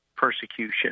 Persecution